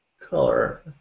color